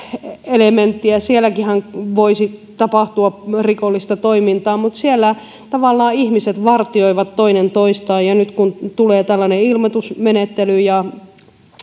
fi elementtiä sielläkinhän voisi tapahtua rikollista toimintaa mutta siellä tavallaan ihmiset vartioivat toinen toistaan ja nyt kun tulee tällainen ilmoitusmenettely ja